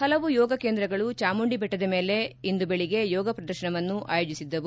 ಪಲವು ಯೋಗಕೇಂದ್ರಗಳು ಚಾಮುಂಡಿ ಬೆಟ್ಟದ ಮೇಲೆ ಇಂದು ಬೆಳಗ್ಗೆ ಯೋಗ ಪ್ರದರ್ಶನವನ್ನು ಆಯೋಜಿಸಿದ್ದವು